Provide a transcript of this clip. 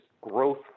growth